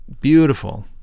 beautiful